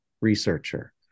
researcher